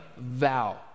vow